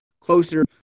closer